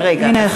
הנה,